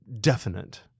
definite